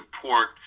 support